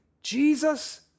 Jesus